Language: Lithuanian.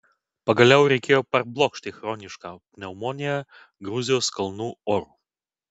pagaliau reikėjo parblokšti chronišką pneumoniją gruzijos kalnų oru